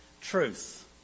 truth